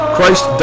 Christ